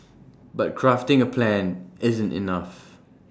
but crafting A plan isn't enough